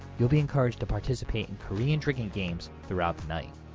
you'll be encouraged to participate in korean drinking games throughout the night.